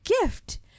gift